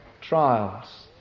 trials